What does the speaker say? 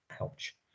Ouch